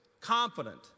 confident